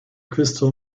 crystal